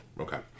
Okay